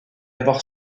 avoir